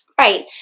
Right